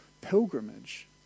pilgrimage